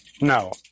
No